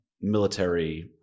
military